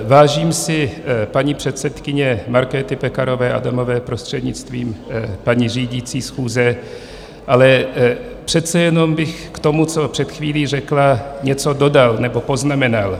Vážím si paní předsedkyně Markéty Pekarové Adamové, prostřednictvím paní řídící schůze, ale přece jenom bych k tomu, co před chvílí řekla, něco dodal, nebo poznamenal.